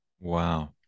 Wow